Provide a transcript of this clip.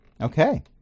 Okay